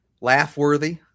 laugh-worthy